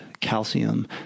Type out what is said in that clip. calcium